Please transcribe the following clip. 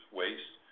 waste